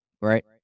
right